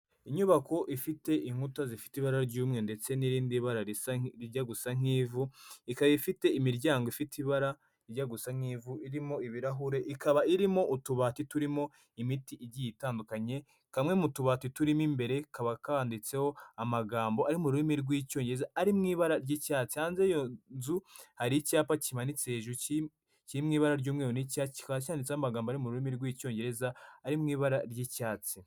Inyubako ifite inkuta zifite ibara ry'umye ndetse n'irindi bara rijya gusa nk'ivu, ikaba ifite imiryango ifite ibarajya gusa nk'ivu ririmo ibirahure ikaba irimo utubati turimo imiti igi itandukanye kamwe mu tubati turimo imbere kaba kandiditseho amagambo ari mu rurimi rw'icyongereza ari mu ibara ry'icya cyanze iyo nzu hari icyapa kimanitse hejuru kirimo ibara ry'umweru n'icyapa cyanditseho amagambo ari mu rurimi rw'icyongereza ari mu ibara ry'icyatsi.